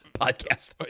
podcast